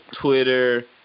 Twitter